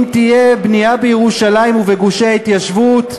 אם תהיה בנייה בירושלים ובגושי ההתיישבות,